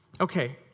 Okay